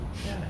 ya